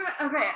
Okay